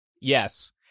Yes